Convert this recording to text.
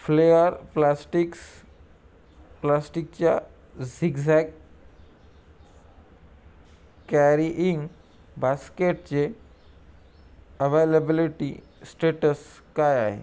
flare Plastics प्लास्टिकच्या zigzag carrying बास्केटचे availability status काय आहे